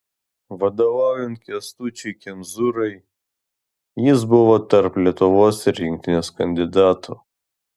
vadovaujant kęstučiui kemzūrai jis buvo tarp lietuvos rinktinės kandidatų